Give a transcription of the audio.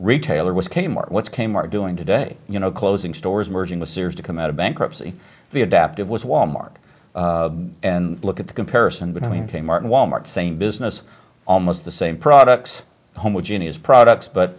retailer was kmart what's kmart doing today you know closing stores merging with sears to come out of bankruptcy the adaptive was wal mart and look at the comparison between kmart and wal mart same business almost the same products homogeneous products but